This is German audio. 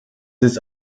ist